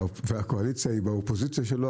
והקואליציה היא באופוזיציה שלו,